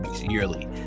yearly